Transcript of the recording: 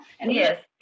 Yes